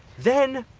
then,